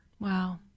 Wow